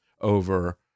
over